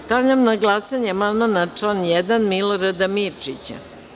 Stavljam na glasanje amandman na član 1. Milorada Mirčića.